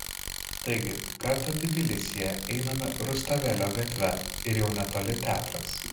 taigi kartą tbilisyje einame rustavelio gatve ir jau netoli teatras